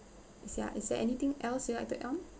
is ya is there anything else you like to add on